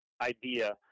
idea